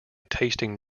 tasting